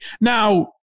Now